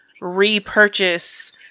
repurchase